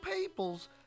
peoples